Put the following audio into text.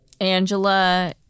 Angela